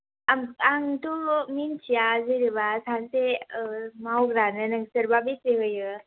आं आंथ' मिन्थिया जेनेबा सासे मावग्रानो नोंसोरबा बेसे होयो